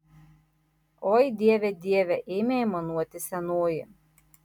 oi dieve dieve ėmė aimanuoti senoji